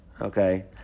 Okay